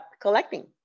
collecting